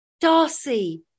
Darcy